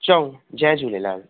चऊं जय झूलेलाल